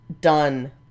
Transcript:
done